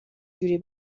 یوری